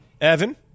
Evan